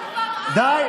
די.